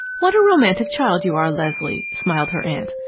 what a romantic child you are, leslie! smiled her aunt.